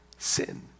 Sin